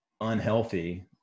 unhealthy